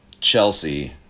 Chelsea